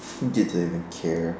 didn't even care